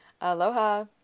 Aloha